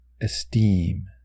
esteem